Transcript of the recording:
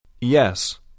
Yes